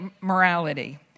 morality